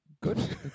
good